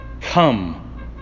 Come